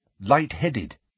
light-headed